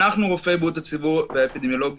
אנחנו רופאי בריאות הציבור והאפידמיולוגים,